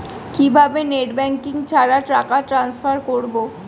কিভাবে net banking ছাড়া টাকা টান্সফার করব?